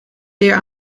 zeer